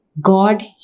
God